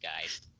guys